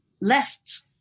left